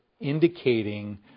indicating